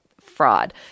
fraud